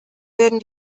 werden